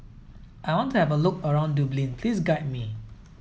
I want to have a look around Dublin Please guide me